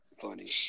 funny